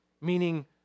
meaning